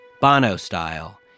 Bono-style